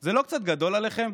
זה לא קצת גדול עליכם?